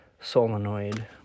solenoid